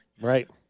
Right